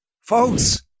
Folks